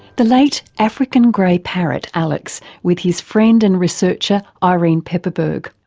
the late african grey parrot alex with his friend and researcher ah irene pepperberg.